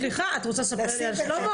סליחה, את רוצה לספר לי על שלמה?